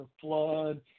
flood